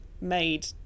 made